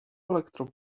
electro